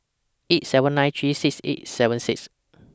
eight seven nine three six eight seven six